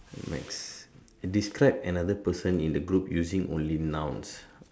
next describe another person in the group using only nouns